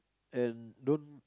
and don't